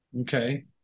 Okay